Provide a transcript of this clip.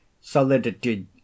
solidity